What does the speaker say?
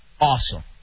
awesome